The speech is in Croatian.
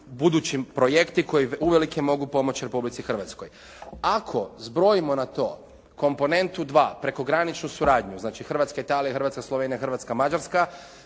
budući projekti koji uvelike mogu pomoći Republici Hrvatskoj. Ako zbrojimo na to komponentu 2 prekograničnu suradnju, znači Hrvatska-Italija, Hrvatska-Slovenija, Hrvatska-Mađarska